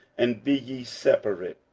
and be ye separate,